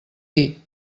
dir